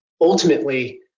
ultimately